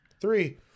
Three